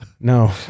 no